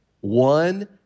one